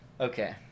Okay